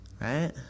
Right